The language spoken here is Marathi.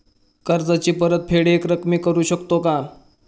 कर्जाची परतफेड एकरकमी करू शकतो का?